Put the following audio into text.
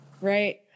Right